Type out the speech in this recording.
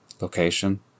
location